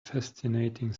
fascinating